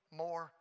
more